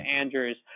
Andrews